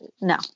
no